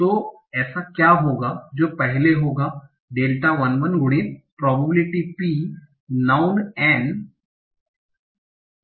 तो ऐसा क्या होगा तो पहले होगा डेल्टा1 1 गुणित प्रोबेबिलिटी P नाउँन N